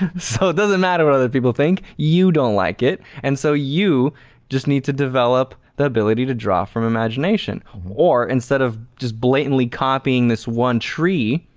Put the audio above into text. so it doesn't matter what other people think, you don't like it and so you just need to develop the ability to draw from imagination or instead of just blatantly copying this one tree,